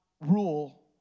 rule